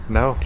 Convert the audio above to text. no